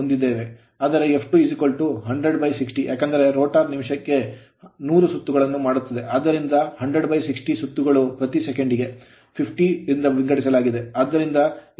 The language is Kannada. ಆದರೆ f210060 ಏಕೆಂದರೆ rotor ರೋಟರ್ ನಿಮಿಷಕ್ಕೆ 100 ಸುತ್ತುಗಳನ್ನು ಮಾಡುತ್ತದೆ ಆದ್ದರಿಂದ 10060 ಸುತ್ತುಗಳು ಪ್ರತಿ ಸೆಕೆಂಡಿಗೆ 50 ರಿಂದ ವಿಂಗಡಿಸಲಾಗಿದೆ